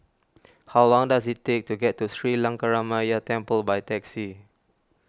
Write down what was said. how long does it take to get to Sri Lankaramaya Temple by taxi